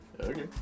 Okay